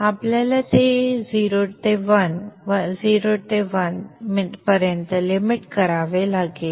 आपल्याला ते 0 ते 1 0 ते 1 पर्यंत लिमिट करावे लागेल